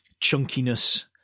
chunkiness